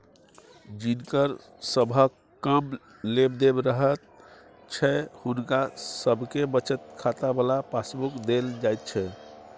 जिनकर सबहक कम लेब देब रहैत छै हुनका सबके बचत खाता बला पासबुक देल जाइत छै